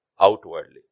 outwardly